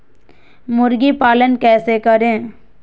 मुर्गी पालन कैसे करें?